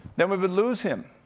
then we would lose him.